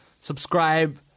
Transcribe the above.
subscribe